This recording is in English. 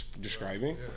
describing